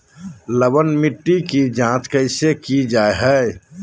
लवन मिट्टी की जच कैसे की जय है?